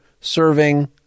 serving